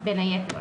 בין היתר.